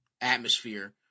atmosphere